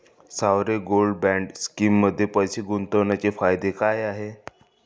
Sovereign gold bond स्कीममध्ये पैसे गुंतवण्याचे फायदे काय आहेत?